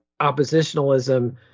oppositionalism